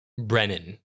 Brennan